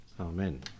Amen